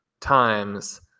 times